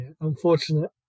unfortunate